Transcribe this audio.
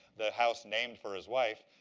the house named for his wife.